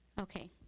Okay